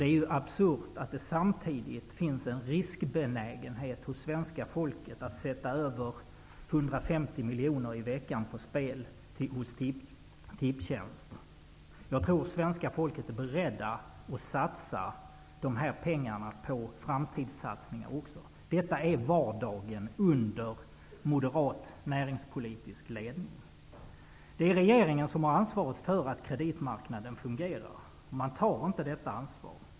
Det är absurt att det samtidigt finns en riskbenägenhet hos svenska folket att sätta över 150 miljoner kronor i veckan på spel hos Tipstjänst. Jag tror att svenska folket också är berett att satsa dessa pengar på framtidssatsningar. Detta är vardagen under moderat näringspolitisk ledning. Regeringen har ansvaret för att kreditmarknaden fungerar. Men regeringen tar inte detta ansvar.